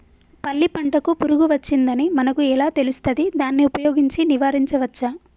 పల్లి పంటకు పురుగు వచ్చిందని మనకు ఎలా తెలుస్తది దాన్ని ఉపయోగించి నివారించవచ్చా?